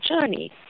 journey